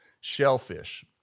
shellfish